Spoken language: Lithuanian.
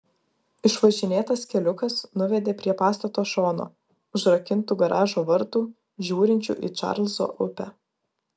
išvažinėtas keliukas nuvedė prie pastato šono užrakintų garažo vartų žiūrinčių į čarlzo upę